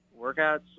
workouts